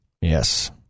Yes